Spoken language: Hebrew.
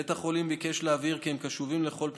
בית החולים ביקש להבהיר כי הם קשובים לכל פנייה,